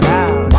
out